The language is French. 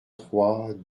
trois